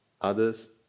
others